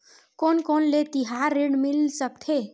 कोन कोन ले तिहार ऋण मिल सकथे?